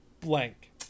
Blank